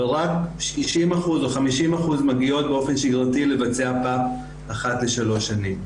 אבל רק 60% או 50% מגיעות באופן שיגרתי לבצע פאפ אחת לשלוש שנים.